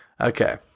Okay